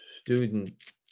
student